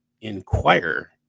inquire